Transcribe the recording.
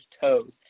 toes